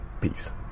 peace